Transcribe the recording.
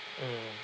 mm